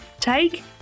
take